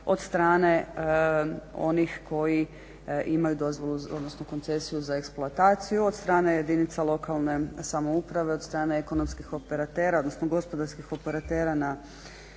od strane onih koji imaju dozvolu odnosno koncesiju za eksploataciju, od strane jedinica lokalne samouprave, od strane ekonomskih operatera